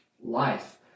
life